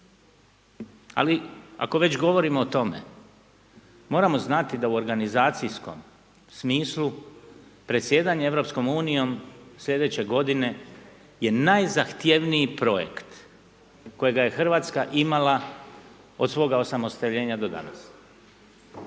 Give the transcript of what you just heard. ali ako već govorimo o tome moramo znati da u organizacijskom smislu predsjedanje EU slijedeće godine je najzahtjevniji projekt kojega je Hrvatska imala od svoga osamostaljenja do danas.